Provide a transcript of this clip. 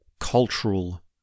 cultural